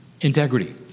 integrity